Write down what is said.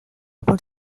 por